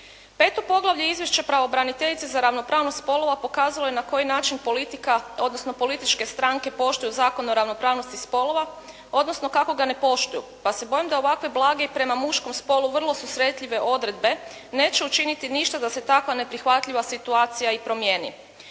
Peto poglavlje izvješća pravobraniteljice za ravnopravnost spolova pokazalo je na koji način politika odnosno političke stranke poštuju Zakon o ravnopravnosti spolova odnosno kako ga ne poštuju. Pa se bojim da ovakve blage i prema muškom spolu vrlo susretljive odredbe neće učiniti ništa da se takva neprihvatljiva situacija i promijeni.